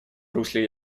русле